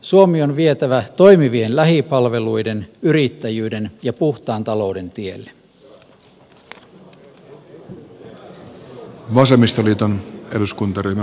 suomi on vietävä toimivien lähipalveluiden yrittäjyyden ja puhtaan talouden tielle